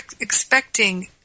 expecting